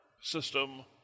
system